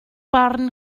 barn